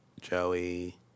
Joey